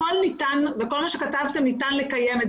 הכול ניתן וכל מה שכתבתם ניתן לקיים.